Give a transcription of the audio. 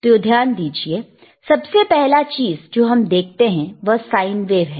तो ध्यान दीजिए सबसे पहला चीज जो हम देखते हैं वह साइन वेव है